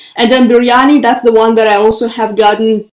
and then biryani that's the one that i also have gotten,